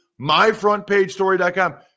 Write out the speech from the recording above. myfrontpagestory.com